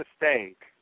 mistake